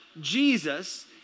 Jesus